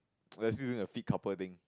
or they're still doing a fit couple thing